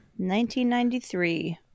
1993